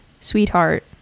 sweetheart